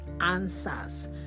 answers